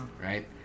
right